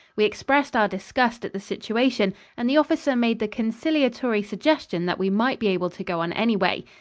we expressed our disgust at the situation and the officer made the conciliatory suggestion that we might be able to go on anyway.